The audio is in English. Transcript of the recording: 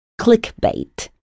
clickbait